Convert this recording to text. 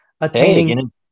Attaining